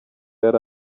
yari